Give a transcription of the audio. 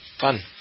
Fun